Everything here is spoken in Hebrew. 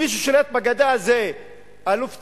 מי ששולט בגדה זה אלוף צה"ל,